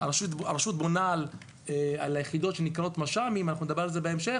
הרשות בונה על היחידות שנקראות מש"מים אנחנו נדבר על זה בהמשך